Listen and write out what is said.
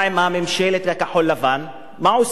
ממשלת כחול-לבן, מה היא עושה?